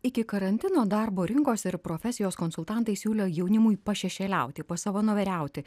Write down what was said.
iki karantino darbo rinkos ir profesijos konsultantai siūlė jaunimui pašešėliauti pasavanoriauti